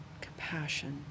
compassion